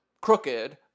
crooked